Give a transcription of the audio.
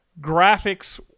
graphics